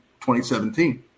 2017